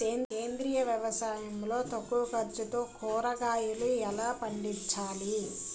సేంద్రీయ వ్యవసాయం లో తక్కువ ఖర్చుతో కూరగాయలు ఎలా పండించాలి?